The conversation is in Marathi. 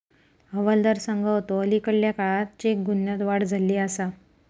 हवालदार सांगा होतो, अलीकडल्या काळात चेक गुन्ह्यांत वाढ झाली आसा